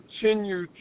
continue